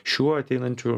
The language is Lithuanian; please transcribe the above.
šiuo ateinančiu